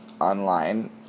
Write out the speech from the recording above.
online